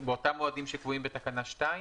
באותם מועדים שקבועים בתקנה 2?